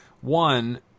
one